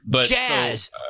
Jazz